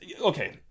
okay